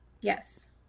yes